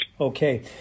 Okay